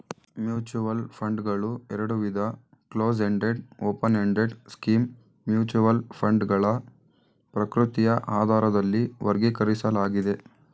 mutual ಫಂಡ್ಗಳು ಎರಡುವಿಧ close ended open ended scheme mutual ಫಂಡ್ಗಳ ಪ್ರಕೃತಿಯ ಆಧಾರದಲ್ಲಿ ವರ್ಗೀಕರಿಸಲಾಗಿದೆ